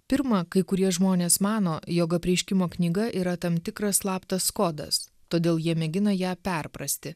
pirma kai kurie žmonės mano jog apreiškimo knyga yra tam tikras slaptas kodas todėl jie mėgina ją perprasti